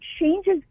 changes